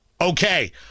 Okay